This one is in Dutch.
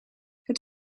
het